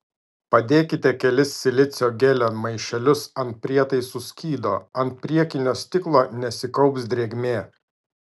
padėkite kelis silicio gelio maišelius ant prietaisų skydo ant priekinio stiklo nesikaups drėgmė